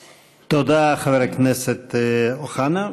תודה, חבר הכנסת אוחנה.